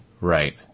right